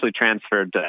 transferred